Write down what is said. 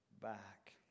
back